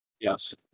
Yes